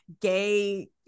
gay